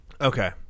Okay